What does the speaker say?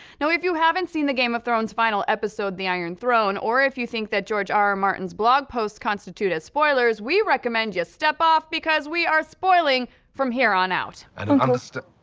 now, if you haven't seen the game of thrones final episode the iron throne or if you think that george r r. martin's blog posts constitute as spoilers, we recommend you step off because we are spoiling from here on out. i don't understand